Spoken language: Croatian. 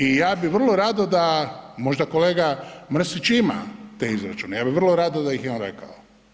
I ja bih vrlo rado da, možda kolega Mrsić ima te izračune, ja bih vrlo rado da ih je on rekao.